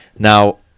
Now